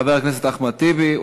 חבר הכנסת אחמד טיבי,